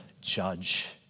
judge